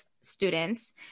students